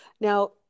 now